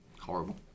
Horrible